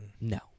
no